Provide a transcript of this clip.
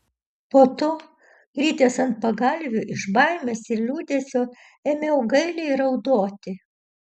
po to kritęs ant pagalvių iš baimės ir liūdesio ėmiau gailiai raudoti